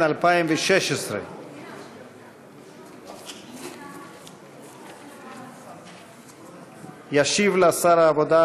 התשע"ז 2016. ישיב לה שר העבודה,